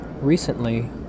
Recently